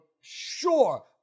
sure